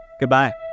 goodbye